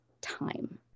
time